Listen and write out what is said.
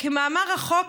כמאמר החוק,